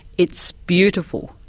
it's beautiful.